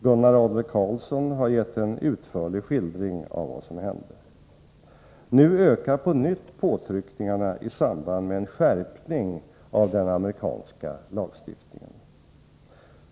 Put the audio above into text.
Gunnar Adler-Karlsson har gett en utförlig skildring av vad som hände. Nu ökar på nytt påtryckningarna i samband med en skärpning av den amerikanska lagstiftningen.